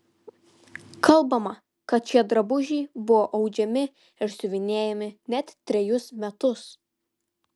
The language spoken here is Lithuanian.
kalbama kad šie drabužiai buvo audžiami ir siuvinėjami net trejus metus